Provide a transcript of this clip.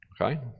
Okay